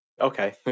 Okay